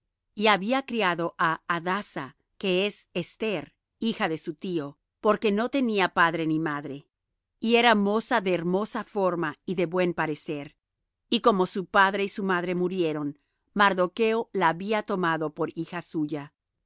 y había criado á hadassa que es esther hija de su tío porque no tenía padre ni madre y era moza de hermosa forma y de buen parecer y como su padre y su madre murieron mardocho la había tomado por hija suya